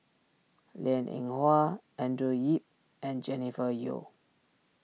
Liang Eng Hwa Andrew Yip and Jennifer Yeo